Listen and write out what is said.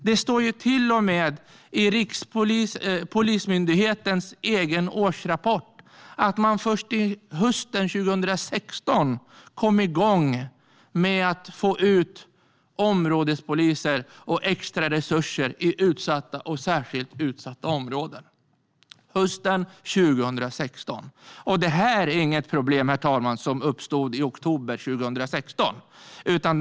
Det står till och med i Polismyndighetens egen årsrapport att de först hösten 2016 kom igång med att få ut områdespoliser och extraresurser i utsatta och särskilt utsatta områden. Det är inget problem som uppstod i oktober 2016, herr talman.